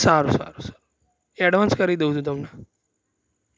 સારું સારું સારું એડવાન્સ કરી દઉં છું તમને